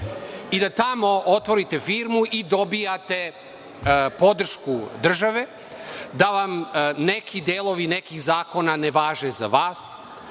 i da tamo otvorite firmu i dobijate podršku države da vam neki delovi nekih zakona ne važe za vas,